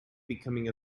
becoming